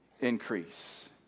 increase